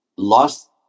Lost